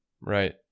right